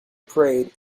parade